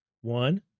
One